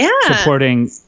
supporting